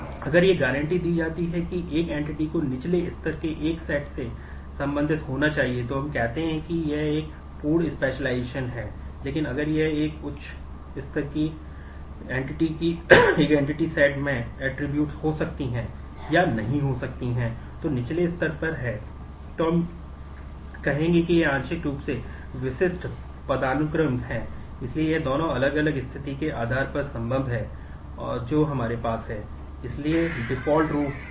अगर यह गारंटी दी जाती है कि एक एंटिटी पदानुक्रम का प्रतिनिधित्व कर रहा है